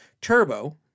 Turbo